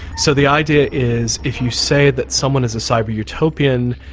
so the idea is if you say that someone is a cyber-utopian,